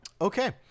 Okay